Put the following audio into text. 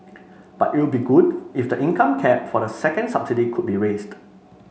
but you'll be good if the income cap for the second subsidy could be raised